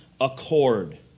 accord